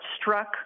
struck